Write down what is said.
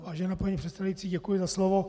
Vážená paní předsedající, děkuji za slovo.